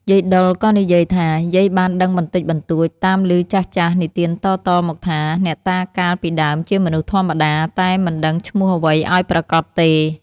យាយដុលក៏និយាយថា យាយបានដឹងបន្តិចបន្តួច តាមឮចាស់ៗនិទានតៗមកថា អ្នកតាកាលពីដើមជាមនុស្សធម្មតា តែមិនដឹងឈ្មោះអ្វីឲ្យប្រាកដទេ។